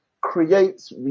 creates